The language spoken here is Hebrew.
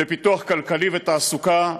בפיתוח כלכלי ותעסוקה,